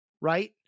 right